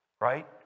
right